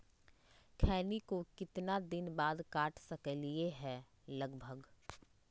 खैनी को कितना दिन बाद काट सकलिये है लगभग?